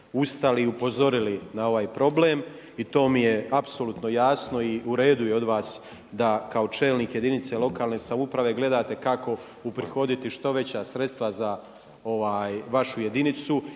ustali i upozorili na ovaj problem i to mi je apsolutno jasno i uredu je od vas da kao čelnik jedinice lokalne samouprave gledate kako uprihoditi što veća sredstva za vašu jedinicu